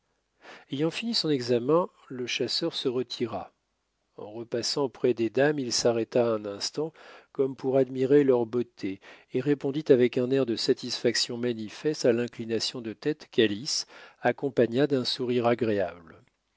ayant fini son examen le chasseur se retira en repassant près des dames il s'arrêta un instant comme pour admirer leur beauté et répondit avec un air de satisfaction manifeste à l'inclination de tête qu'alice accompagna d'un sourire agréable